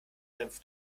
senf